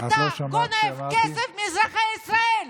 אתה גונב כסף מאזרחי ישראל.